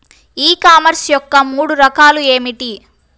E commerce యొక్క మూడు రకాలు ఏమిటి?